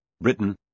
Britain